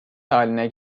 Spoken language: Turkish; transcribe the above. haline